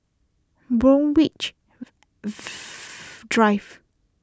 Borthwick Drive